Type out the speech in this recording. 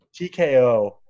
TKO